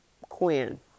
Quinn